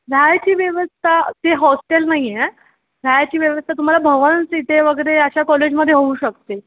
राहायची व्यवस्था ते हॉस्टेल नाही आहे राहायची व्यवस्था तुम्हाला भवन्स तिथे वगैरे अशा कॉलेजमध्ये होऊ शकते